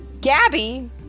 Gabby